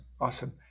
Awesome